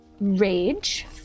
rage